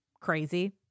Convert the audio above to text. crazy